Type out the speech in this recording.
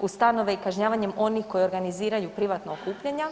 u stanove i kažnjavanjem onih koji organiziraju privatna okupljanja